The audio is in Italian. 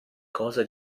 cosa